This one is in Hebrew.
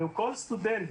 כל סטודנט,